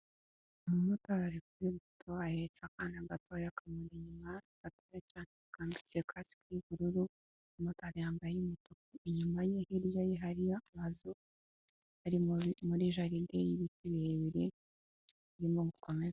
Umumotari areku gutaba ahetse akana gatoya kamuri inyuma yakambitse kasike y'ubururu kandi umumotari yambaye umutuku inyuma ye hirya ye hariyo amazu ari muri jalide y'ibiti birebire birimo gukomera.